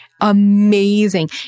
amazing